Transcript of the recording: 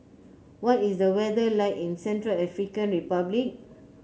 what is the weather like in Central African Republic